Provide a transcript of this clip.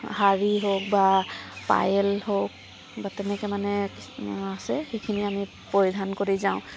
শাড়ী হওক বা পায়েল হওক বা তেনেকৈ মানে আছে সেইখিনি আমি পৰিধান কৰি যাওঁ